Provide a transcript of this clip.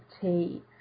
tea